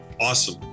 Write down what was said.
Awesome